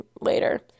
later